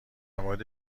مورد